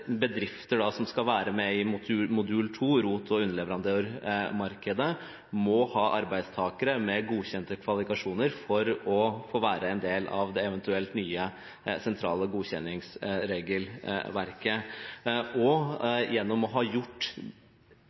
bedrifter som skal være med i modul 2, ROT- og underleverandørmarkedet, må ha arbeidstakere med godkjente kvalifikasjoner for å få være en del av det eventuelt nye sentrale godkjenningsregelverket. Gjennom å ha gjort